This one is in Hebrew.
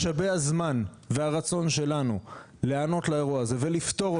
משאבי הזמן והרצון שלנו להיענות לאירוע הזה ולפתור אותו.